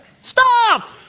Stop